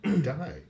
die